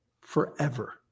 forever